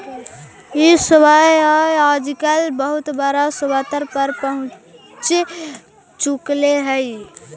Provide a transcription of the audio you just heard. ई व्यवसाय आजकल बहुत बड़ा स्तर पर पहुँच चुकले हइ